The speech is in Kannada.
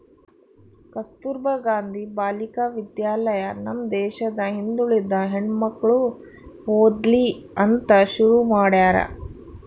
ಕಸ್ತುರ್ಭ ಗಾಂಧಿ ಬಾಲಿಕ ವಿದ್ಯಾಲಯ ನಮ್ ದೇಶದ ಹಿಂದುಳಿದ ಹೆಣ್ಮಕ್ಳು ಓದ್ಲಿ ಅಂತ ಶುರು ಮಾಡ್ಯಾರ